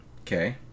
Okay